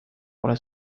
pole